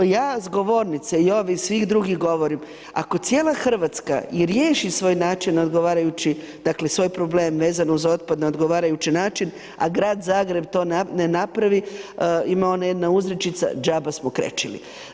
Ja s govornice i ovih svih drugih govorim, ako cijela Hrvatska i riješi svoj način odgovarajući, dakle, svoj problem vezano za otpad na odgovarajući način, a Grad Zagreb to ne napravi, ima ona jedna uzrečica: Džaba smo krečili.